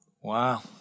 Wow